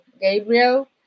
Gabriel